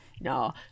no